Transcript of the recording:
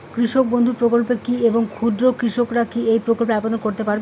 কৃষক বন্ধু প্রকল্প কী এবং ক্ষুদ্র কৃষকেরা কী এই প্রকল্পে আবেদন করতে পারবে?